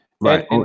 Right